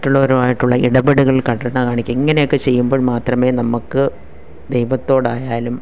മറ്റുള്ളവരുമായിട്ടുള്ള ഇടപെടലുകളിൽ കരുണ കാണിക്കുക ഇങ്ങനെയൊക്കെ ചെയ്യുമ്പോൾ മാത്രമേ നമുക്ക് ദൈവത്തോടായാലും